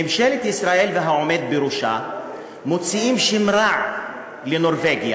ממשלת ישראל והעומד בראשה מוציאים שם רע לנורבגיה,